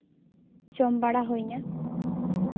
ᱡᱚᱢ ᱵᱟᱲᱟ ᱦᱩᱭ ᱮᱱᱟ